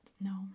No